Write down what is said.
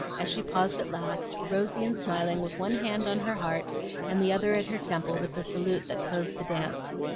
as she paused at last, rosy and smiling, with one hand on her heart and the other at her temple with the salute that closed the dance.